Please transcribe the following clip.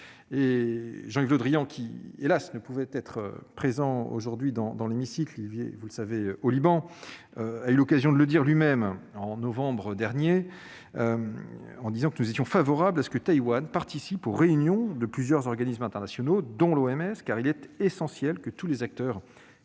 Jean-Yves Le Drian, qui, hélas ! ne pouvait être présent aujourd'hui dans l'hémicycle- il est au Liban -, a eu l'occasion de dire lui-même, en novembre dernier, que nous étions favorables à ce que Taïwan participe aux réunions de plusieurs organismes internationaux, dont l'OMS, car il est essentiel que tous les acteurs qui